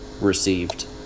received